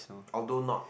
although not